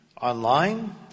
online